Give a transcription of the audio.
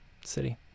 city